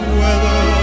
weather